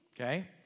Okay